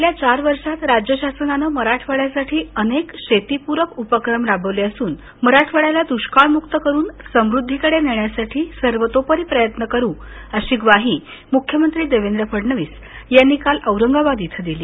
गेल्या चार वर्षात राज्य शासनानं मराठवाङ्यासाठी अनेक शेती पूरक उपक्रम राबवले असून मराठवाङ्याला दुष्काळमुक्त करून समुद्धीकडे नेण्यासाठी सर्वतोपरी प्रयत्न करू अशी ग्वाही मुख्यमंत्री देवेंद्र फडणवीस यांनी काल औरगाबाद इथ दिली